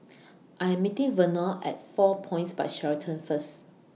I Am meeting Vernal At four Points By Sheraton First